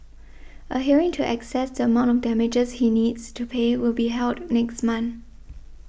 a hearing to access the amount of damages he needs to pay will be held next month